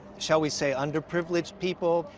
shall we say, underprivileged people,